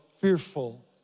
fearful